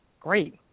Great